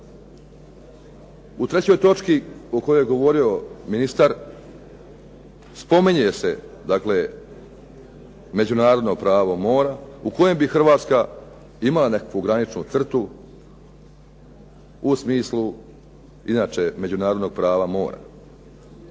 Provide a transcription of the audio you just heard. U trećoj točki o kojoj je govorio ministar, spominje se dakle Međunarodno pravo mora u kojem bi Hrvatska imala nekakvu graničnu crtu u smislu inače Međunarodnog prava mora.